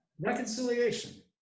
Reconciliation